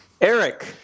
Eric